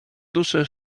duszę